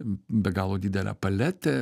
be galo didelę paletę